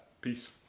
peace